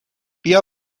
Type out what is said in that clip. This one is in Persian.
بیا